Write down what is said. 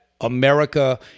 America